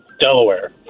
Delaware